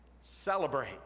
celebrate